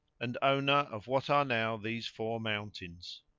and owner of what are now these four mountains.